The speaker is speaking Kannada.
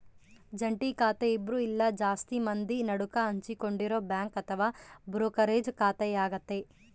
ಜಂಟಿ ಖಾತೆ ಇಬ್ರು ಇಲ್ಲ ಜಾಸ್ತಿ ಮಂದಿ ನಡುಕ ಹಂಚಿಕೊಂಡಿರೊ ಬ್ಯಾಂಕ್ ಅಥವಾ ಬ್ರೋಕರೇಜ್ ಖಾತೆಯಾಗತೆ